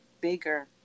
bigger